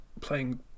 playing